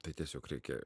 tai tiesiog reikia